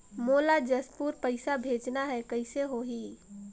मोला जशपुर पइसा भेजना हैं, कइसे होही?